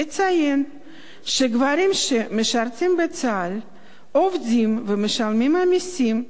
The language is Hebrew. אציין שגברים שמשרתים בצה"ל, עובדים ומשלמים מסים,